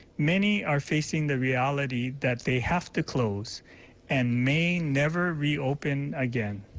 many are facing the reality that they have to close and may never reopen again.